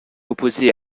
opposer